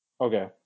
Okay